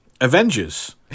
Avengers